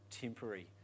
temporary